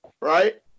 right